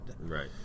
Right